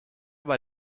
bei